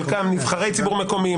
חלקם נבחרי ציבור מקומיים,